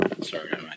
sorry